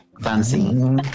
fancy